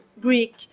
Greek